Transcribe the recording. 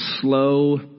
slow